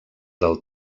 del